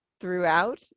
throughout